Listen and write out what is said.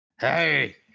Hey